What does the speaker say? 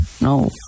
No